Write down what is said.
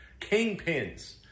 kingpins